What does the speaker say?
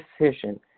decision